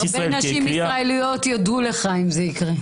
הרבה נשים ישראליות יודו לך אם זה יקרה.